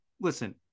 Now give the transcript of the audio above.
listen